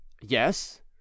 Yes